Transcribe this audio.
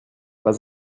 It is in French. pas